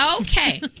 Okay